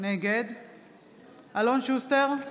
נגד אלון שוסטר,